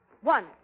One